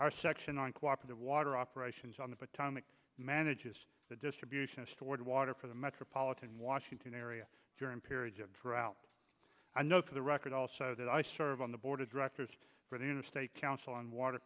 our section on cooperative water operations on the potomac manages the distribution of stored water for the metropolitan washington area during periods of drought i know for the record also that i serve on the board of directors for the interstate council on water